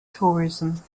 tourism